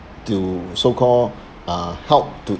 to so-called uh help to